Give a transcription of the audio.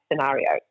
scenario